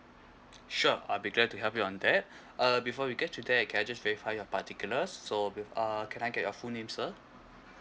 sure I'll be glad to help you on that uh before we get to there can I just verify your particular so be~ uh can I get your full name sir